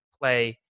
play